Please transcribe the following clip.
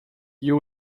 you